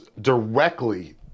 directly